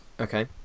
Okay